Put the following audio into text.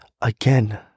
Again